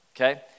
okay